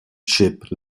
chip